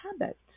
habit